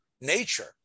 nature